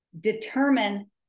determine